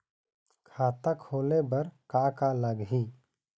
खाता खोले बर का का लगही?